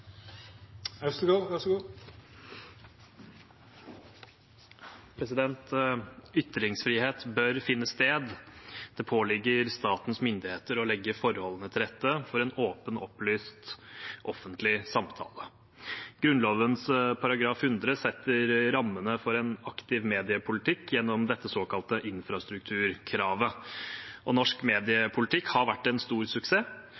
Ytringsfrihet bør finne sted. Det påligger statens myndigheter å legge forholdene til rette for en åpen, opplyst offentlig samtale. Grunnloven § 100 setter rammene for en aktiv mediepolitikk gjennom dette såkalte infrastrukturkravet, og norsk mediepolitikk har vært en stor suksess.